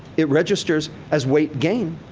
it registers as weight gain,